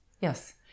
Yes